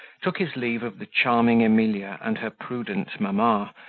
took his leave of the charming emilia and her prudent mamma,